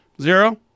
Zero